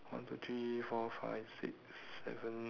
one two three four five six seven